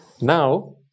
Now